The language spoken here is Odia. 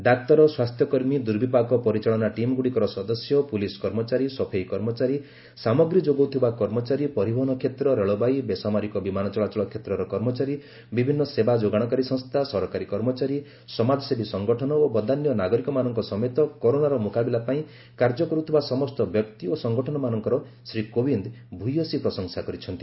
ଡାକ୍ତର ସ୍ୱାସ୍ଥ୍ୟକର୍ମୀ ଦୁର୍ବିପାକ ପରିଚାଳନା ଟିମ୍ ଗୁଡ଼ିକର ସଦସ୍ୟ ପୁଲିସ୍ କର୍ମଚାରୀ ସଫେଇ କର୍ମଚାରୀ ସାମଗ୍ରୀ ଯୋଗାଉଥିବା କର୍ମଚାରୀ ପରିବହନ କ୍ଷେତ୍ର ରେଳବାଇ ବେସାମରିକ ବିମାନ ଚଳାଚଳ କ୍ଷେତ୍ରର କର୍ମଚାରୀ ବିଭିନ୍ନ ସେବା ଯୋଗାଶକାରୀ ସଂସ୍ଥା ସରକାରୀ କର୍ମଚାରୀ ସମାଜସେବୀ ସଂଗଠନ ଓ ବଦାନ୍ୟ ନାଗରିକମାନଙ୍କ ସମେତ କରୋନାର ମୁକାବିଲା ପାଇଁ କାର୍ଯ୍ୟ କରୁଥିବା ସମସ୍ତ ବ୍ୟକ୍ତି ଓ ସଂଗଠନମାନଙ୍କର ଶ୍ରୀ କୋବିନ୍ଦ ଭୂୟସୀ ପ୍ରଶଂସା କରିଛନ୍ତି